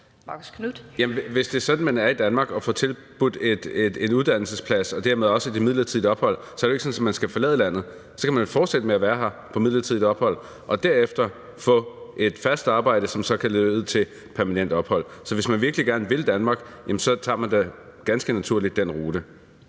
Hvis det er sådan, at man er i Danmark og får tilbudt en uddannelsesplads og dermed også et midlertidig ophold, så er det jo ikke sådan, at man skal forlade landet. Så kan man jo fortsætte med at være her på midlertidig ophold – og derefter få et fast arbejde, som så kan lede til permanent ophold. Så for hvis man virkelig gerne vil Danmark, tager man da ganske naturligt den rute.